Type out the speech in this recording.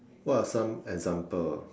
what are some example